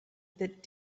that